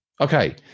Okay